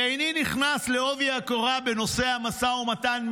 איני נכנס בעובי הקורה בנושא המשא ומתן,